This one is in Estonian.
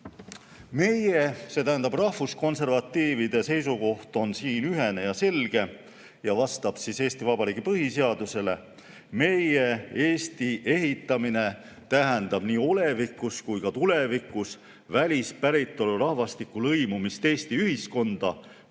Meie, see tähendab rahvuskonservatiivide seisukoht on ühene ja selge ning vastab Eesti Vabariigi põhiseadusele. Meie Eesti ehitamine tähendab nii olevikus kui ka tulevikus välispäritolu rahvastiku lõimumist Eesti ühiskonda,